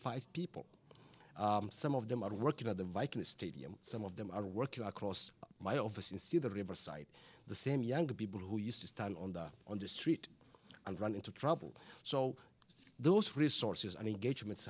five people some of them are working at the viking stadium some of them are working across my office and see the riverside the same young people who used to stand on the on the street and run into trouble so those resources and engagements